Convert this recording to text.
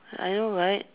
I know right